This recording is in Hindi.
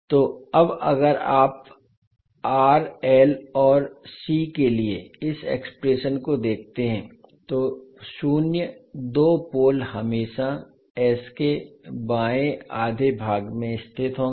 तो अब अगर आप r l और c के लिए इस एक्सप्रेशन को देखते हैं तो शून्य दो पोल हमेशा s के बाएं आधे भाग में स्थित होंगे